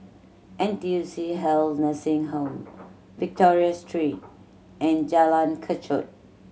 N T U C Health Nursing Home Victoria Street and Jalan Kechot